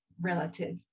relative